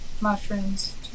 mushrooms